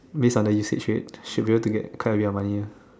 based on the usage rate should be able to get quite a bit of money ah